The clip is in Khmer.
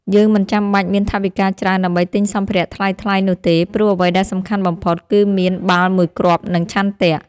យើងមិនចាំបាច់មានថវិកាច្រើនដើម្បីទិញសម្ភារៈថ្លៃៗនោះទេ ព្រោះអ្វីដែលសំខាន់បំផុតគឺមានបាល់មួយគ្រាប់ និងឆន្ទៈ។